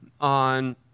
on